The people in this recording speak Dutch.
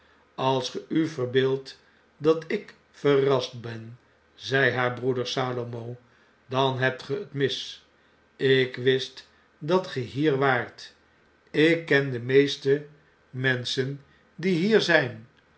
als ge u verbeeldt dat ik verrast ben zei haar broeder salomo b dan hebtge'tmis ik wist dat ge hier waart ik ken de meeste menschen die hier zgn